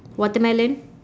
watermelon